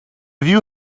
view